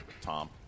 Tom